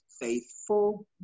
faithful